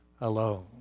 alone